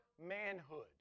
manhood